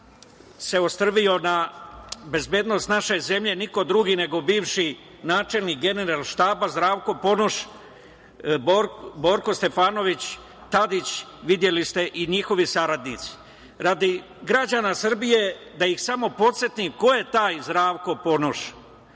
se ostrvio na bezbednost naše zemlje niko drugi nego bivši načelnik Generalštaba, Zdravko Ponoš, Borko Stefanović, Tadić, videli ste, i njihovi saradnici. Radi građana Srbije, da ih samo podsetim ko je taj Zdravko Ponoš.